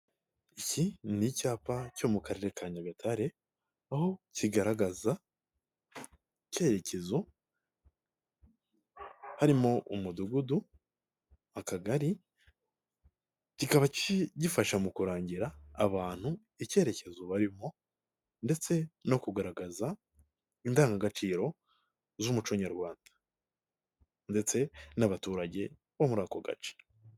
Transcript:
Iki ni icyapa cyo mu karere ka Nyagatare aho kigaragaza icyerekezo harimo umudugudu akagari kikaba gifasha mu kurangira abantu icyerekezo barimo, ndetse no kugaragaza indangagaciro z'umuco Nyarwanda ndetse n'abaturage bo muri ako gace.